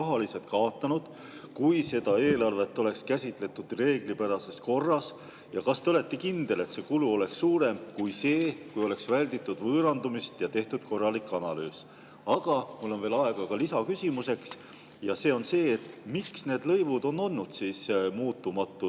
rahaliselt kaotanud, kui seda eelarvet oleks käsitletud reeglipärases korras? Ja kas te olete kindel, et see kulu oleks suurem kui siis, kui oleks välditud võõrandumist ja tehtud korralik analüüs? Aga mul on veel aega ka lisaküsimuseks ja see on selline: miks need lõivud on olnud pikka aega muutumatud,